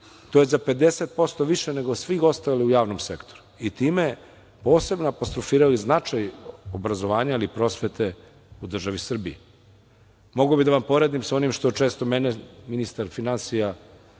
To je za 50% više nego svi ostali u javnom sektoru i time posebno apostrofiraju značaj obrazovanja, ali i prosvete u državi Srbiji. Mogao bih da vam poredim sa onim vrlo često ministar finansija,